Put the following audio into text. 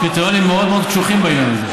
יש קריטריונים מאוד מאוד קשוחים בעניין הזה.